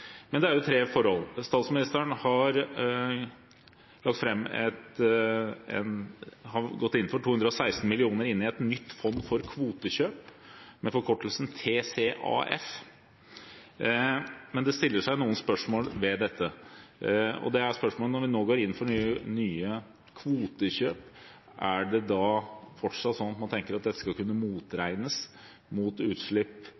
Men det er tre forhold: Statsministeren har gått inn for 216 mill. kr inn i et nytt fond for kvotekjøp, med forkortelsen TCAF, men det kan stilles noen spørsmål ved dette: Når vi nå går inn for nye kvotekjøp, tenker man seg da fortsatt at dette skal kunne motregnes mot utslipp